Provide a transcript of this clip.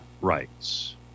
rights